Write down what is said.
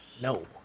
no